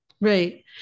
right